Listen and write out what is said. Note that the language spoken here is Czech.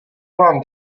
vám